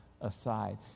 aside